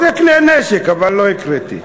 זה כלי נשק, אבל לא הקראתי.